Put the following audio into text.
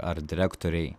ar direktorei